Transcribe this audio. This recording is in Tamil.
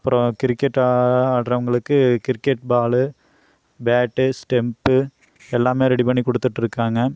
அப்புறம் கிரிக்கெட் ஆடுறவங்களுக்கு கிரிக்கெட் பால் பேட் ஸ்டெம்ப் எல்லாமே ரெடி பண்ணிக் கொடுத்துட்டு இருக்காங்க